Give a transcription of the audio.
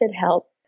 help